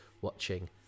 watching